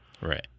Right